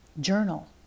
Journal